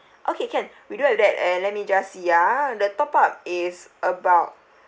okay can we do have that and let me just see ah the top up is about